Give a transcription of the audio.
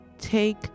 take